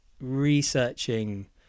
researching